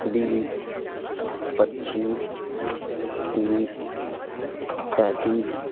बीस पच्चीस तीस पैंतीस